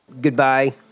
Goodbye